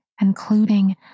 including